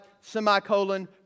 semicolon